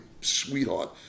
sweetheart